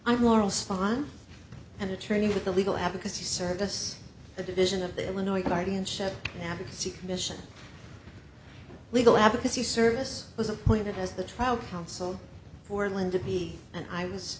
i'm laurel spawn an attorney with the legal advocacy service the division of the illinois guardianship navid c commission legal advocacy service was appointed as the trial counsel for linda b and i was